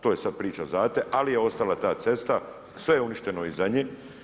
To je sad priča za te, ali je ostala ta cesta, sve je uništeno iza nje.